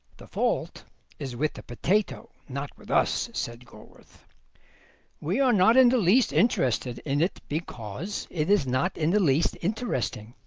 the fault is with the potato, not with us, said gorworth we are not in the least interested in it because it is not in the least interesting.